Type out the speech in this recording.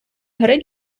гри